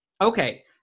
Okay